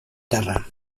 terra